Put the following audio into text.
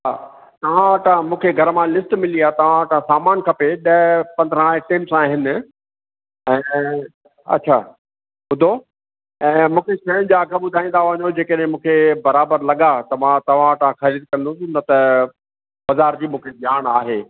हा तव्हां वटां मूंखे घर मां लिस्ट मिली आहे तव्हां वटा सामानु खपे ॾह पंद्रहं आइटम्स आहिनि ऐं अच्छा ॿुधो ऐं मूंखे शयुनि जा अघु ॿुधाईंदा वञो जे कॾे मूंखे बराबरि लॻा त मां तव्हां वटां ख़रीद कंदुसि न त बज़ार जी मूंखे ॼाण आहे